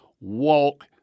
walk